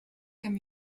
comme